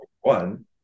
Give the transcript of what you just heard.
one